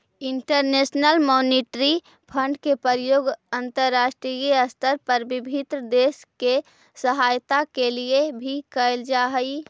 international monetary fund के प्रयोग अंतरराष्ट्रीय स्तर पर विभिन्न देश के सहायता के लिए भी कैल जा हई